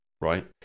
right